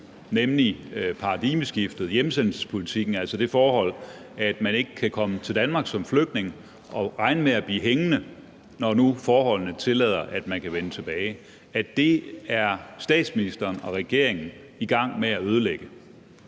nemlig paradigmeskiftet, hjemsendelsespolitikken, altså det forhold, at man ikke kan komme til Danmark som flygtning og regne med at blive hængende, når nu forholdene tillader, at man kan vende tilbage, er statsministeren og regeringen nu i gang med at ødelægge.